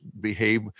behave